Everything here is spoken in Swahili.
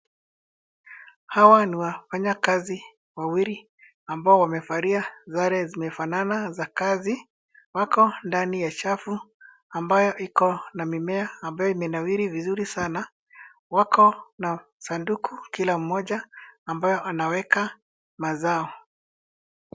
Hawa ni wafanyakazi wawili ambao wamevalia sare zimefanana za kazi wako ndani ya chafu ambayo iko na mimea ambayo imenawiri vizuri sana wako na sanduku kila mmoja ambayo ameweka mazao .